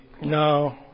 No